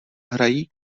hrají